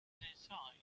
decide